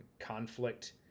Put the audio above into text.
conflict